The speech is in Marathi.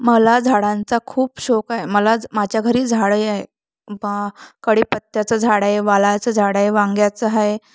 मला झाडांचा खूप शोक आहे मला माझ्या घरी झाडंही बा कडीपत्त्याचं झाड आहे वालाचं झाड आहे वांग्याचं आहे